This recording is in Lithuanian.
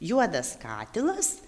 juodas katilas